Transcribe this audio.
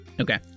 Okay